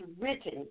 written